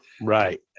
right